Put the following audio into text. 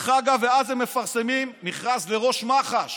אז הם מפרסמים מכרז לראש מח"ש.